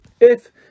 If